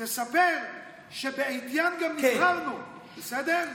תספר שבעטיין גם נבחרנו, בסדר?